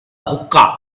hookah